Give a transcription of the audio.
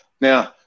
Now